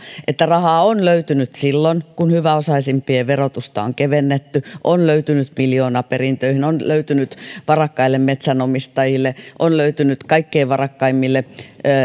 että rahaa on löytynyt siihen että hyväosaisimpien verotusta on kevennetty on löytynyt miljoonaperintöihin on löytynyt varakkaille metsänomistajille on löytynyt kaikkein varakkaimmille